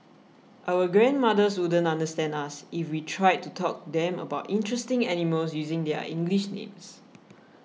our grandmothers wouldn't understand us if we tried to talk to them about interesting animals using their English names